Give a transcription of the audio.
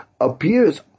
appears